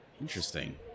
Interesting